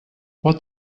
what